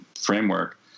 framework